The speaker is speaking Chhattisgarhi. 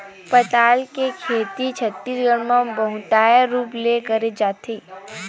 पताल के खेती छत्तीसगढ़ म बहुताय रूप ले करे जाथे